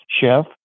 chef